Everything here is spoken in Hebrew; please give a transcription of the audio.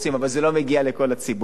אבל זה לא מגיע לכל הציבור.